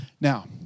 Now